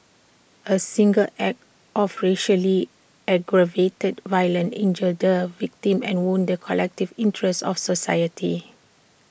A single act of racially aggravated violence injures the victim and wounds collective interests of society